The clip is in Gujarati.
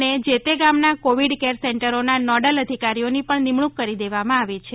અને જે તે ગામના કોવીડ કેર સેન્ટરોના નોડલ અધિકારીઓની પણ નિમણુંક કરી દેવામાં આવી છે